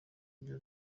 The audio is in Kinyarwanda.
kujya